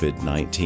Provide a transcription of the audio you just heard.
COVID-19